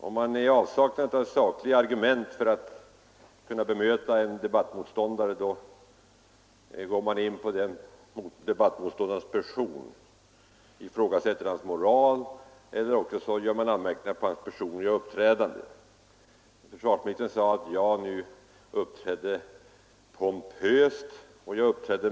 Om man är i avsaknad av sakliga argument för att kunna bemöta en debattmotståndare går man in på motståndarens person, ifrågasätter hans moral eller anmärker på hans personliga uppträdande. Försvarsministern sade att jag uppträdde pompöst och mästrande.